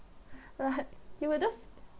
but it will just